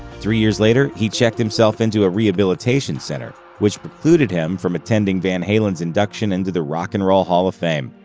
three years later, he checked himself into a rehabilitation center, which precluded him from attending van halen's induction into the rock and roll hall of fame.